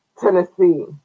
Tennessee